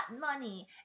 money